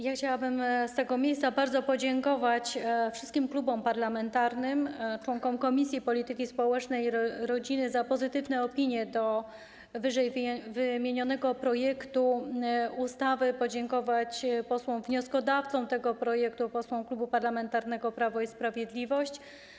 Ja chciałabym z tego miejsca bardzo podziękować wszystkim klubom parlamentarnym, członkom Komisji Polityki Społecznej i Rodziny za pozytywne opinie w sprawie ww. projektu ustawy, podziękować posłom wnioskodawcom tego projektu, posłom Klubu Parlamentarnego Prawo i Sprawiedliwość.